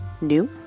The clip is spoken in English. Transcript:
new